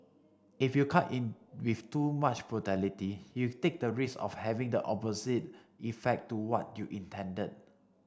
if you cut in with too much brutality you take the risk of having the opposite effect to what you intended